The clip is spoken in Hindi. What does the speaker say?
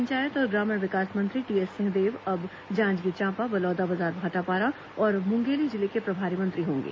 पंचायत और ग्रामीण विकास मंत्री टीएस सिंहदेव अब जांजगीर चांपा बलौदाबाजार भाटापारा और मुंगेली जिले के प्रभारी मंत्री होंगे